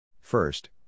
First